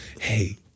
Hey